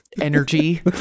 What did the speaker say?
energy